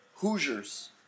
Hoosiers